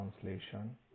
Translation